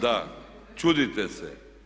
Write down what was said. Da, čudite se.